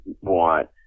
want